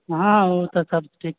हँ उ तऽ सब ठीक